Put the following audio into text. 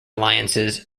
alliances